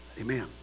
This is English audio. Amen